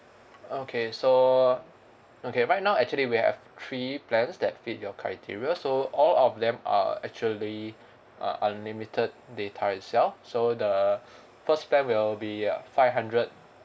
okay so okay right now actually we have three plans that fit your criteria so all of them are actually uh unlimited data itself so the first plan will be five hundred